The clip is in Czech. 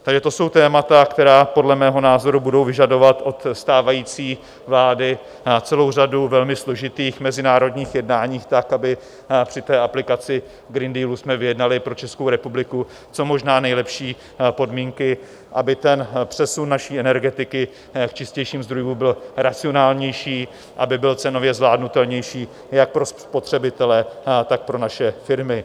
Takže to jsou témata, která podle mého názoru budou vyžadovat od stávající vlády celou řadu velmi složitých mezinárodních jednání, tak abychom při té aplikaci Green Dealu vyjednali pro Českou republiku co možná nejlepší podmínky, aby přesun naší energetiky k čistějším zdrojům byl racionálnější, aby byl cenově zvládnutelnější jak pro spotřebitele, tak pro naše firmy.